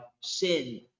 sin